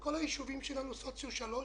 כל הישובים שלנו נמצאים במעמד סוציו-אקונומי